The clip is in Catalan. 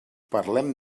parlem